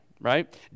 right